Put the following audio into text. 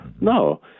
No